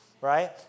right